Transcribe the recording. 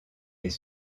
les